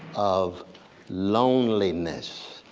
of loneliness,